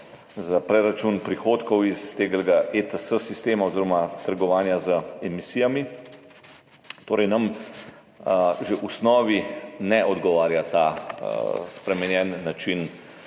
za preračun prihodkov iz tega sistema ETS oziroma trgovanja z emisijami, torej nam že v osnovi ne odgovarja ta spremenjen način